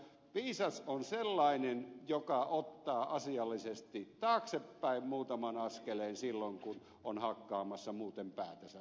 viisas on sellainen joka ottaa asiallisesti taaksepäin muutaman askeleen silloin kun on hakkaamassa muuten päätänsä betoniseinään